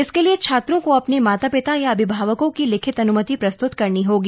इसके लिए छात्रों को अपने माता पिता या अभिभावकों की लिखित अनुमति प्रस्तुत करनी होगी